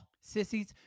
Sissies